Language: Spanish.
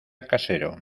casero